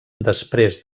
després